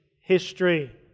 history